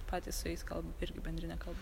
patys su jais kalba irgi bendrine kalba